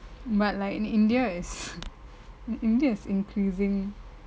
but like in india it's in india it's increasing